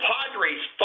Padres